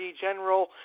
general